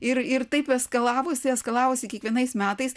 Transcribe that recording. ir ir taip eskalavosi eskalavosi kiekvienais metais